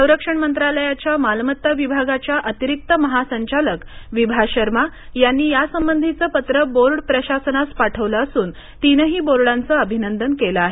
संरक्षण मंत्रालयाच्या मालमत्ता विभागाच्या अतिरिक्त महा संचालक विभा शर्मा यांनी यासंबंधीचे पत्र बोर्ड प्रशासनास पाठविले असून तिनही बोर्डांचे अभिनंदन केले आहे